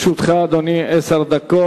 לרשותך, אדוני, עשר דקות.